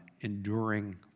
enduring